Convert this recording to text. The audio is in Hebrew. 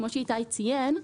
כמו שאיתי ציין,